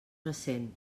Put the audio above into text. ressent